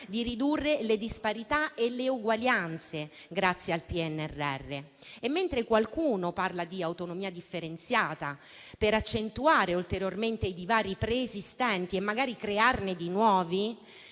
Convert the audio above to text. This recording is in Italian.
di ridurre le disparità e le disuguaglianze grazie al PNRR. Mentre qualcuno parla di autonomia differenziata per accentuare ulteriormente i divari preesistenti e magari crearne di nuovi,